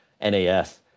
N-A-S